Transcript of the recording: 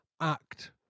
act